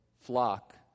flock